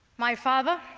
my father,